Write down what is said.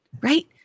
right